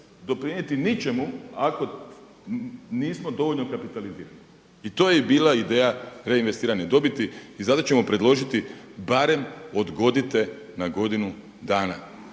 doprinijeti ničemu ako nismo dovoljno kapitalizirani. I to je i bila ideja reinvestirane dobiti i zato ćemo predložiti barem odgodite na godinu dana.